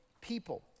people